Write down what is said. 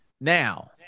Now